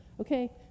Okay